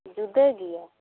ᱡᱩᱫᱟᱹ ᱜᱮᱭᱟ